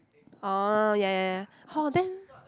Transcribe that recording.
oh ya ya ya oh then